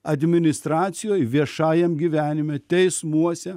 administracijoj viešajam gyvenime teismuose